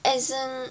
as in